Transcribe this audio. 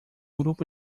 grupo